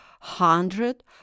hundred